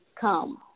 come